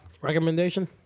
recommendation